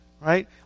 Right